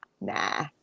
Nah